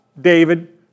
David